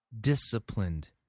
disciplined